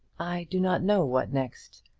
i do not know what next.